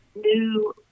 new